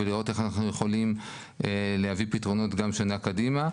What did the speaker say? ולראות איך אנחנו יכולים להביא פתרונות גם לשנה קדימה.